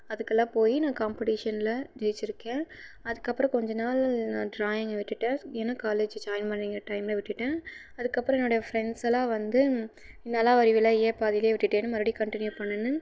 அதுக்குலாம் போய் நான் காம்ப்படிஷனில் ஜெயிச்சிருக்கேன் அதுக்கப்புறோம் கொஞ்சம் நாள் நான் ட்ராயிங்கை விட்டுட்டேன் ஸ் ஏன்னா காலேஜ் ஜாய்ன் பண்ணிக்கிற டைம்மில் விட்டுவிட்டேன் அதுக்கப்புறோம் என்னோடைய ஃப்ரெண்ட்ஸெல்லாம் வந்து நீ நல்லா வரைவில்ல ஏன் பாதியிலே விட்டுட்டேன்னு மறுபடியும் கன்டினியூ பண்ணுனுன்னு